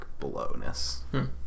blowness